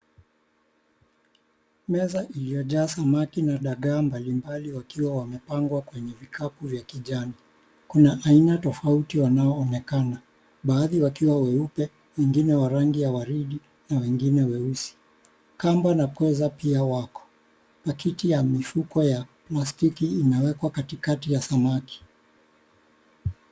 Meza iliyojaa samaki na dagaa mbalimbali wakiwa wamepangwa kwenye vikapu vya kijani. Kuna aina tofauti wanaonekana. Baadhi wakiwa weupe, wengine wa rangi ya waridi na wengine weusi. Kamba na pweza pia wako. Pakiti ya mifuko ya plastiki imewekwa katikati ya samaki.